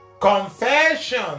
Confession